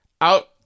out